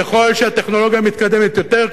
ככל שהטכנולוגיה מתקדמת יותר,